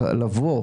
לבוא,